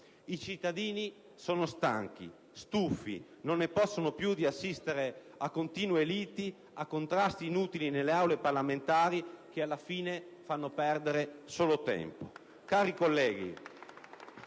I cittadini sono stanchi, stufi, non ne possono più di assistere a continue liti, a contrasti inutili nelle Aule parlamentari, che alla fine fanno perdere solo tempo. *(Applausi